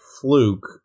fluke